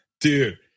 Dude